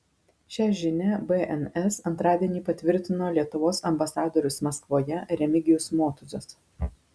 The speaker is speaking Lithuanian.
šią žinią bns antradienį patvirtino lietuvos ambasadorius maskvoje remigijus motuzas